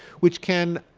which can